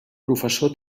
professor